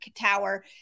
tower